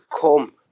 come